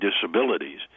disabilities